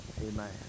Amen